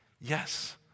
yes